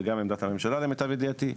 וגם עמדת הממשלה למיטב ידיעתי,